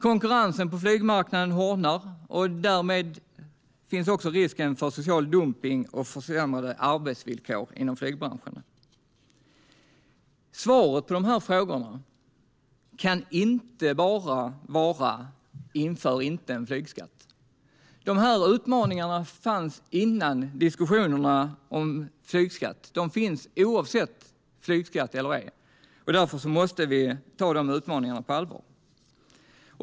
Konkurrensen på flygmarknaden hårdnar, och därmed finns också risk för social dumpning och försämrade arbetsvillkor inom flygbranschen. Svaret på de frågorna kan inte bara vara: Inför inte någon flygskatt! De här utmaningarna fanns före diskussionerna om flygskatt, och de finns - flygskatt eller ej. Därför måste vi ta de här utmaningarna på allvar.